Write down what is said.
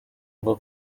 ubwo